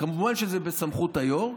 כמובן שזה בסמכות היו"ר,